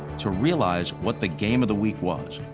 to realize what the game of the week was.